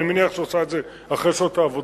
ואני מניח שהוא עשה את זה אחרי שעות העבודה,